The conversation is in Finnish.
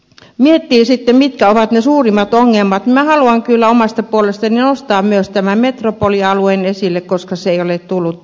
kun miettii sitten mitkä ovat ne suurimmat ongelmat niin minä haluan kyllä omasta puolestani nostaa myös tämän metropolialueen esille koska se ei ole tullut täällä aikaisemmin